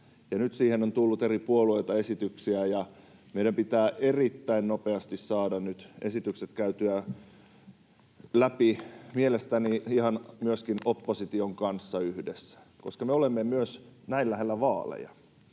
Nyt siihen on tullut eri puolueilta esityksiä, ja meidän pitää erittäin nopeasti saada esitykset käytyä läpi mielestäni ihan myöskin opposition kanssa yhdessä, koska me olemme myös näin lähellä vaaleja.